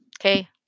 Okay